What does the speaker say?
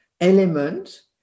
element